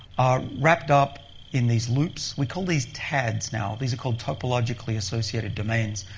are wrapped up in these loops. we call these tads now. these are called topologically associated domains,